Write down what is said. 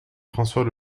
françois